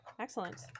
excellent